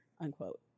unquote